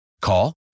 Call